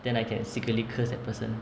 then I can securely curse at person